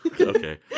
Okay